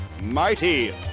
mighty